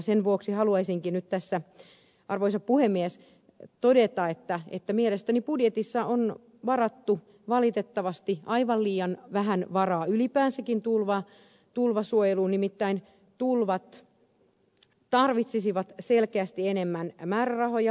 sen vuoksi haluaisinkin nyt tässä arvoisa puhemies todeta että mielestäni budjetissa on varattu valitettavasti aivan liian vähän rahaa ylipäänsäkin tulvasuojeluun nimittäin tulviin tarvittaisiin selkeästi enemmän määrärahoja